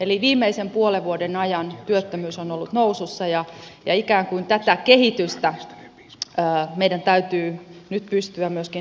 eli viimeisen puolen vuoden ajan työttömyys on ollut nousussa ja ikään kuin tätä kehitystä meidän täytyy nyt pystyä myöskin hallituksen toimenpitein kääntämään